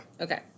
Okay